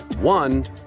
One